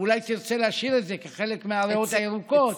ואולי תרצה להשאיר את זה כחלק מהריאות הירוקות.